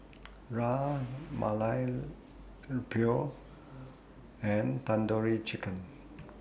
Ras Malai and Tandoori Chicken